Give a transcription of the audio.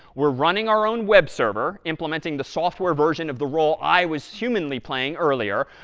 we're running our own web server, implementing the software version of the role i was humanly playing earlier.